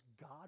God